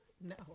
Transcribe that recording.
No